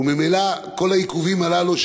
וממילא כל העיכובים הללו,